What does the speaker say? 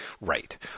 Right